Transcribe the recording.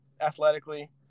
athletically